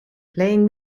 playing